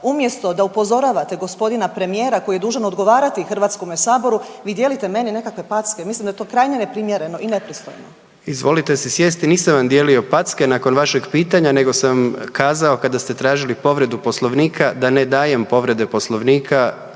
Umjesto sa upozoravate g. premijera koji je dužan odgovarati HS-u vi dijelite meni nekakve packe. Mislim da je to krajnje neprimjereno i nepristojno. **Jandroković, Gordan (HDZ)** Izvolite si sjesti, nisam vam dijelio packe nakon vašeg pitanja nego sam kazao kada ste tražili povredu Poslovnika da ne dajem povrede Poslovnika